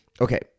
okay